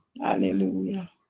hallelujah